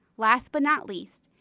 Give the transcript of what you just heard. last but not least,